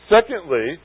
Secondly